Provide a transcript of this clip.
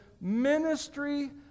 ministry